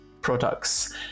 products